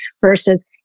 versus